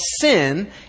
sin